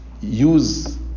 use